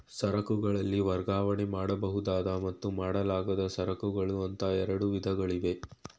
ಸರಕುಗಳಲ್ಲಿ ವರ್ಗಾವಣೆ ಮಾಡಬಹುದಾದ ಮತ್ತು ಮಾಡಲಾಗದ ಸರಕುಗಳು ಅಂತ ಎರಡು ವಿಧಗಳಿವೆ